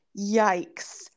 Yikes